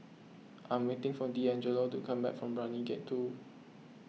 I am waiting for Deangelo to come back from Brani Gate two